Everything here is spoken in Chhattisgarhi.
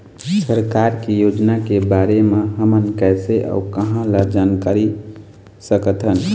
सरकार के योजना के बारे म हमन कैसे अऊ कहां ल जानकारी सकथन?